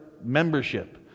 membership